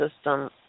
system